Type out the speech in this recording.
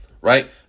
right